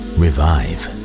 revive